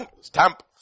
stamp